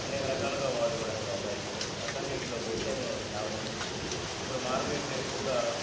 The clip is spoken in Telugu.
అనేక రకాలుగా వాడుకోవడానికి అవకాశం ఉంటది అట్టనే ఇట్లో బొచ్చ అనే ఒక చాప ఉంది ఇప్పుడు మార్కెట్లో ఎక్కువగా